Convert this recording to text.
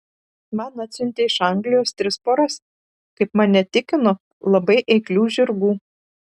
man atsiuntė iš anglijos tris poras kaip mane tikino labai eiklių žirgų